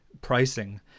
pricing